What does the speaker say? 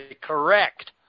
correct